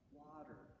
water